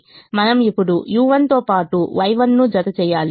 మనం ఇప్పుడు u1 తో పాటు Y1 ను జతచేయాలి